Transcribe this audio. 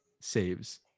saves